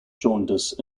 jaundice